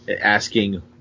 asking